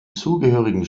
zugehörigen